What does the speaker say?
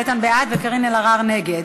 איתן בעד וקארין אלהרר נגד.